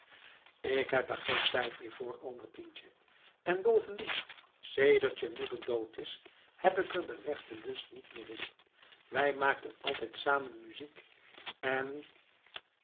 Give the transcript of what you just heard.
k heb er geen tijd meer voor albertientje en bovendien sedert je moeder dood is heb ik er den rechten lust niet meer in wij maakten altijd samen muziek en